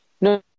No